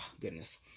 goodness